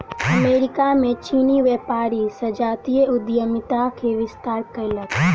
America में चीनी व्यापारी संजातीय उद्यमिता के विस्तार कयलक